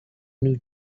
new